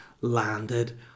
landed